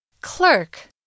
Clerk